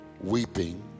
weeping